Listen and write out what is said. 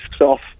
off